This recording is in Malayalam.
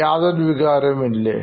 അതൊന്നും തോന്നിയില്ലേ